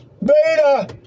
Beta